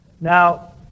Now